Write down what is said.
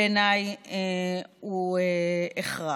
בעיניי הוא הכרח.